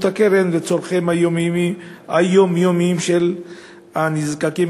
הקרן לצורכיהם היומיומיים של הנזקקים,